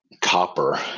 copper